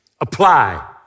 apply